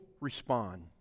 Respond